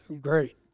great